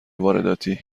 وارداتی